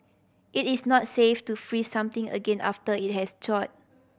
it is not safe to freeze something again after it has thawed